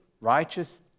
righteous